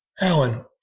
Alan